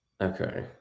Okay